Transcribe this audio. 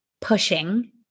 pushing